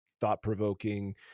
thought-provoking